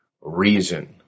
reason